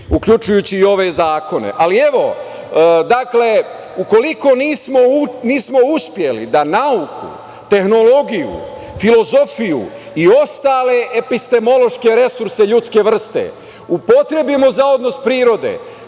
uključujući i ove zakone. Evo, ukoliko nismo uspeli da nauku, tehnologiju, filozofiju i ostale epistemološke resurse ljudske vrste, upotrebimo za odnos prirode,